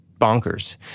bonkers